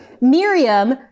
Miriam